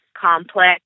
complex